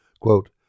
Quote